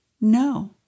no